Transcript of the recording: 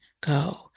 go